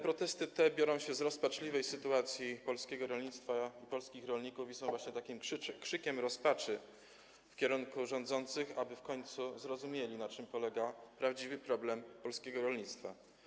Protesty te biorą się z rozpaczliwej sytuacji polskiego rolnictwa, polskich rolników i są takim krzykiem rozpaczy skierowanym do rządzących, aby w końcu zrozumieli, na czym polega prawdziwy problem polskiego rolnictwa.